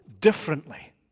differently